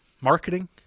marketing